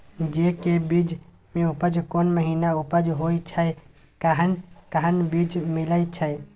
जेय के बीज के उपज कोन महीना उपज होय छै कैहन कैहन बीज मिलय छै?